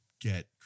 get